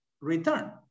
return